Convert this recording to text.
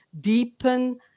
deepen